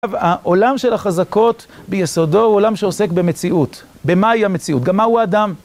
העולם של החזקות ביסודו הוא עולם שעוסק במציאות. במה היא המציאות? גם מה הוא האדם?